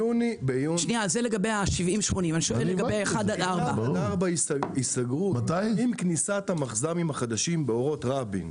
1 עד 4 ייסגרו עם כניסת המחז"מים החדשים באורות רבין.